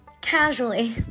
casually